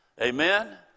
Amen